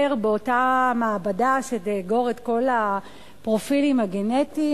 באותה מעבדה שתאגור את כל הפרופילים הגנטיים.